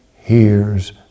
hears